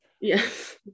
Yes